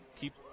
keep